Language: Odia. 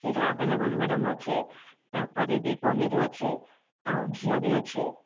କ୍ଷୀର ଆଭେଲେବୁଲ୍ ମ୍ୟାଡ଼ାମ୍ ଅଛି ତା'ପରେ ବି ପନିର୍ ଅଛି ଆଉ ଘିଅ ବି ଅଛି